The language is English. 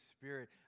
spirit